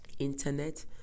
internet